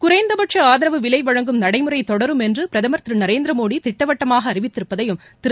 குறைந்தபட்ச ஆதரவு விலை வழங்கும் நடைமுறை தொடரும் என்று பிரதமர் திரு நரேந்திதமோடி திட்டவட்டமாக அறிவித்திருப்பதையும் திரு